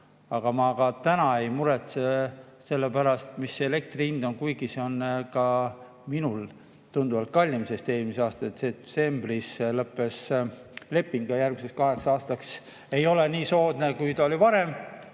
Aga ma täna ei muretse selle pärast, mis elektri hind on, kuigi see on ka minul tunduvalt kallim, sest eelmise aasta detsembris lõppes leping ja järgmiseks kaheks aastaks see ei ole nii soodne, kui ta oli varem.